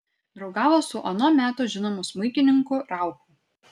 draugavo su ano meto žinomu smuikininku rauchu